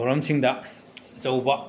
ꯊꯧꯔꯝꯁꯤꯡꯗ ꯑꯆꯧꯕ